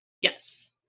Yes